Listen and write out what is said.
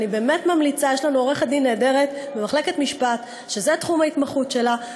יש לנו עורכת-דין נהדרת במחלקת משפט שזה תחום ההתמחות שלה,